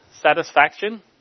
Satisfaction